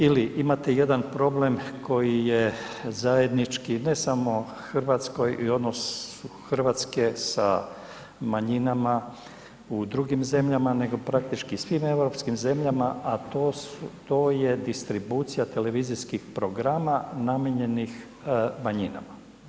Ili imate jedan problem koji je zajednički ne samo Hrvatskoj u odnosu Hrvatske sa manjinama u drugim zemljama nego praktički svim europskim zemljama, a to je distribucija televizijskih programa namijenjenih manjinama.